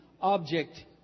object